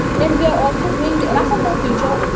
then we're also doing the and so but future,